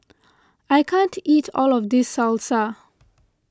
I can't eat all of this Salsa